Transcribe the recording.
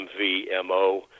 MVMO